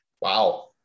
Wow